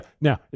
Now